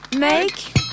Make